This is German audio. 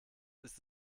ist